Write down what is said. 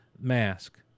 Mask